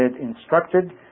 instructed